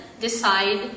decide